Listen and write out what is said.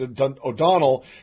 O'Donnell